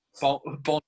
Bond